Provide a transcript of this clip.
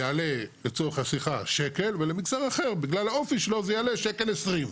יעלה לצורך העניין שקל ולמגזר אחר בגלל האופי שלו זה יעלה שקל עשרים.